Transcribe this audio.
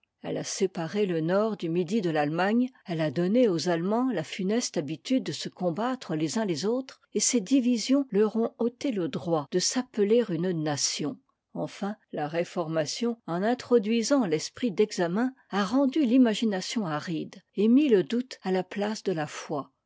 elle a séparé le nord du midi de l'allemagne elle a donné aux allemands la funeste habitude de se combattre les uns les autres et ces divisions leur ont ôté le droit de s'appeler une nation enfin la réformation en introduisant l'esprit d'examen a rendu l'imagination aride et mis le doute à la place de la foi